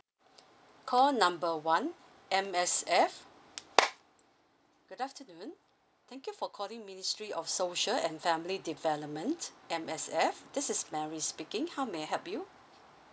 call number one M_S_F good afternoon thank you for calling ministry of social and family development M_S_F this is mary speaking how may I help you